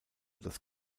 das